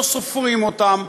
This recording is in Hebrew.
לא סופרים אותם,